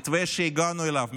המתווה שהגענו אליו,